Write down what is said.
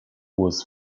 was